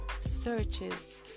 searches